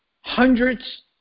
hundreds